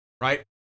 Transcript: right